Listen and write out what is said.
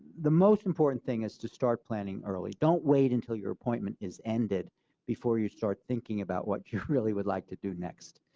the most important thing is to start planning early. don't wait and till your appointment has ended before you start thinking about what you really would like to do next.